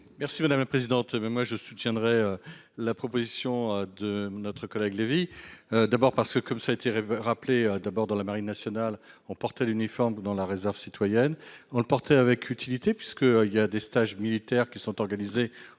Merci madame la présidente. Mais moi je soutiendrai la proposition de notre collègue Lévy. D'abord parce que comme ça a été rappelé d'abord dans la marine nationale ont porté l'uniforme dans la réserve citoyenne, on le porter avec utilité puisque il y a des stages militaire qui sont organisées,